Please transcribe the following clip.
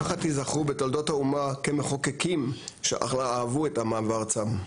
ככה תיזכרו בתולדות האומה כמחוקקים שאהבו את ארצם.